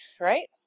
right